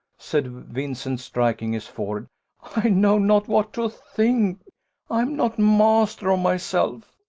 said vincent, striking his forehead i know not what to think i am not master of myself.